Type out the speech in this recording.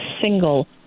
single